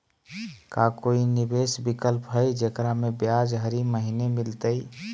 का कोई निवेस विकल्प हई, जेकरा में ब्याज हरी महीने मिलतई?